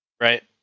right